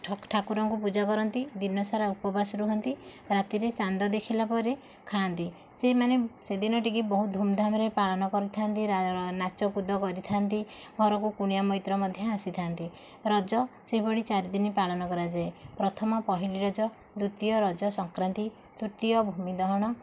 ଠାକୁରଙ୍କୁ ପୂଜା କରନ୍ତି ଦିନସାରା ଉପବାସ ରୁହନ୍ତି ରାତିରେ ଚାନ୍ଦ ଦେଖିଲା ପରେ ଖାଆନ୍ତି ସେମାନେ ସେଦିନ ଟିକେ ବହୁ ଧୁମଧାମରେ ପାଳନ କରିଥାନ୍ତି ନାଚ କୁଦ କରିଥାନ୍ତି ଘରକୁ କୁଣିଆ ମୈତ୍ର ମଧ୍ୟ ଆସିଥାନ୍ତି ରଜ ସେହିଭଳି ଚାରି ଦିନ ପାଳନ କରାଯାଏ ପ୍ରଥମ ପହିଲି ରଜ ଦ୍ଵିତୀୟ ରଜ ସଂକ୍ରାନ୍ତି ତୃତୀୟ ଭୂମି ଦହନ